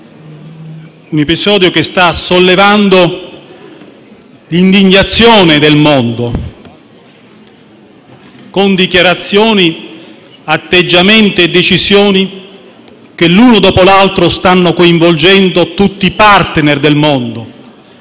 che sta sollevando l'indignazione del mondo, con dichiarazioni, atteggiamenti e decisioni che, l'uno dopo l'altro, stanno coinvolgendo tutti i *partner* mondiali: